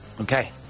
okay